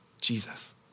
Jesus